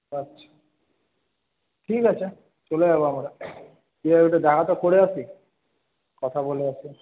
আচ্ছা ঠিক আছে চলে যাব আমরা গিয়ে আগে দেখাতো করে আসি কথা বলে আসি